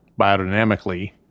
biodynamically